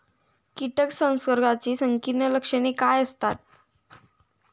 कीटक संसर्गाची संकीर्ण लक्षणे काय असतात?